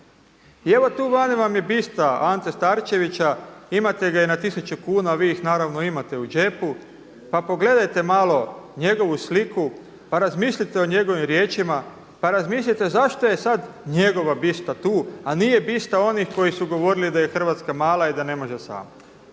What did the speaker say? I evo tu vani vam je biste Ante Starčevića. Imate ga i na tisuću kuna. Vi ih naravno imate u džepu, pa pogledajte malo njegovu sliku, pa razmislite o njegovim riječima, pa razmislite zašto je sada njegova bista tu, a nije bista onih koji su govorili da je Hrvatska mala i da ne može sama.